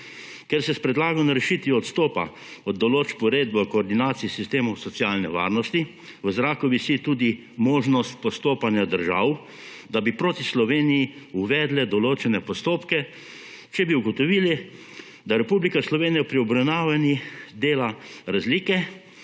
Ker se s predlagano rešitvijo odstopa od določb Uredbe o koordinaciji sistemov socialne varnosti, v zraku visi tudi možnost postopanja držav, da bi proti Sloveniji uvedle določene postopke, če bi ugotovili, da Republika Slovenija pri obravnavi dela razlike